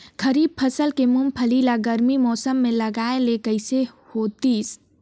खरीफ फसल के मुंगफली ला गरमी मौसम मे लगाय ले कइसे होतिस?